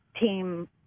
team